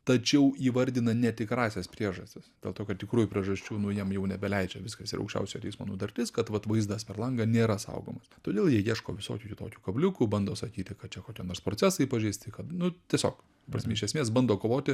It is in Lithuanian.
tačiau įvardina ne tikrąsias priežastis dėl to kad tikrųjų priežasčių nu jiem jau nebeleidžia viskas yra aukščiausiojo teismo nutartis kad vat vaizdas per langą nėra saugomas todėl jie ieško visokių kitokių kabliukų bando sakyti kad čia kokie nors procesai pažeisti kad nu tiesiog prasme iš esmės bando kovoti